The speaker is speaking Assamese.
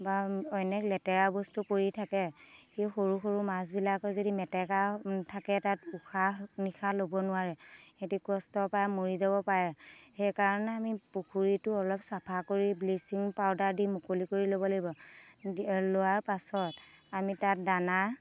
বা অনেক লেতেৰা বস্তু পৰি থাকে সেই সৰু সৰু মাছবিলাকত যদি মেটেকা থাকে তাত উশাহ নিশাহ ল'ব নোৱাৰে সিহঁতি কষ্টৰ পাই মৰি যাব পাৰে সেইকাৰণে আমি পুখুৰীটো অলপ চাফা কৰি ব্লিচিং পাউদাৰ দি মুকলি কৰি ল'ব লাগিব লোৱাৰ পাছত আমি তাত দানা